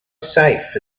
safe